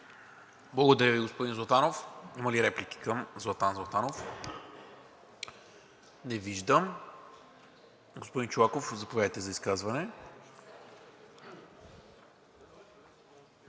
Благодаря Ви, господин Златанов. Има ли реплики към Златан Златанов? Не виждам. Господин Чолаков, заповядайте за изказване.